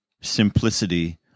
simplicity